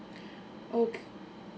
ok